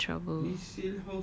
go through all the trouble